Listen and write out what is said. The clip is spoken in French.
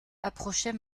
approchait